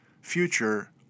future